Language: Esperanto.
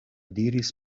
diris